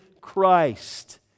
Christ